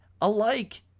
alike